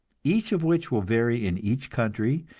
each of which will vary in each country,